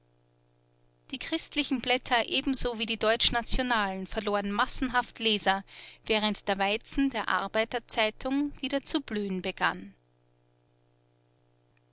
die christlichen blätter ebenso wie die deutschnationalen verloren massenhaft leser während der weizen der arbeiter zeitung wieder zu blühen begann